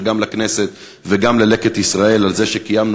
וגם לכנסת וגם ל"לקט ישראל" על זה שקיימנו